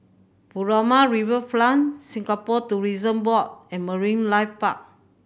Furama Riverfront Singapore Tourism Board and Marine Life Park